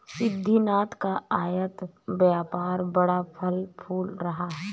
सिद्धिनाथ का आयत व्यापार बड़ा फल फूल रहा है